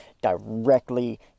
directly